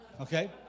okay